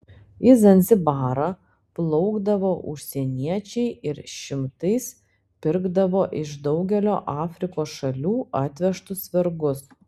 į zanzibarą plaukdavo užsieniečiai ir šimtais pirkdavo iš daugelio afrikos šalių atvežtus vergus